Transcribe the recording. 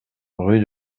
rue